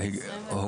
59א1,